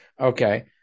Okay